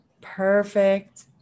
Perfect